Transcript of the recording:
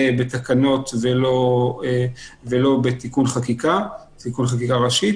בתקנות ולא בתיקון חקיקה תיקון חקיקה ראשית